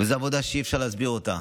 זאת עבודה שאי-אפשר להסביר אותה.